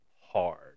hard